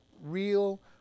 real